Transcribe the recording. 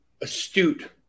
Astute